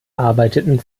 arbeiteten